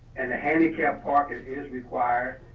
and the handicap parking is required.